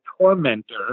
tormentor